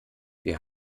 wir